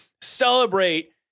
celebrate